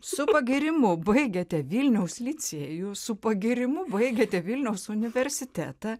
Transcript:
su pagyrimu baigėte vilniaus licėjų su pagyrimu baigėte vilniaus universitetą